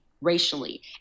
racially